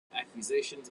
accusations